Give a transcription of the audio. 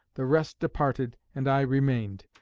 the rest departed, and i remained.